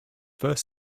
first